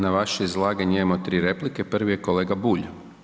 Na vaše izlaganje imamo 3 replike, prvi je kolega Bulj.